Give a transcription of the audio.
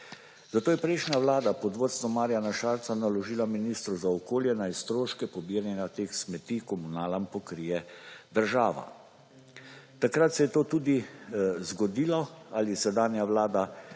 zato je prejšnja Vlada pod vodstvom Marjana Šarca naložila ministru za okolje naj stroške pobiranja teh smeti komunalam pokrije država. Takrat se je to tudi zgodilo ali sedanja Vlada